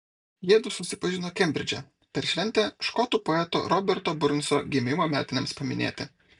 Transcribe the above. jiedu susipažino kembridže per šventę škotų poeto roberto burnso gimimo metinėms paminėti